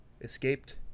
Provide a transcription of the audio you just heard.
escaped